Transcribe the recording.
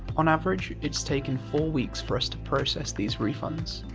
on average, it's taken four weeks for us to process these refunds.